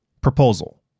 Proposal